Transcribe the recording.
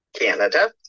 Canada